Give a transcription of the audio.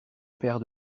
père